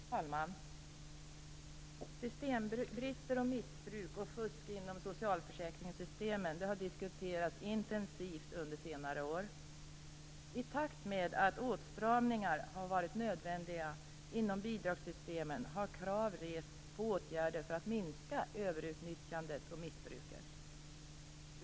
Fru talman! Systembrister, missbruk och fusk inom socialförsäkringssystemen har diskuterats intensivt under senare år. I takt med att åtstramningar har varit nödvändiga inom bidragssystemen har krav rests på åtgärder för att minska överutnyttjandet och missbruket.